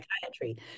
psychiatry